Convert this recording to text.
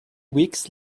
weeks